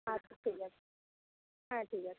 আচ্ছা ঠিক আছে হ্যাঁ ঠিক আছে